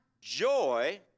joy